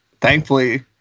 thankfully